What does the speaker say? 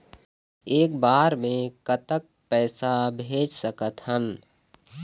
एक बार मे कतक पैसा भेज सकत हन?